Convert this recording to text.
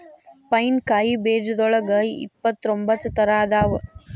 pine ಕಾಯಿ ಬೇಜದೋಳಗ ಇಪ್ಪತ್ರೊಂಬತ್ತ ತರಾ ಅದಾವ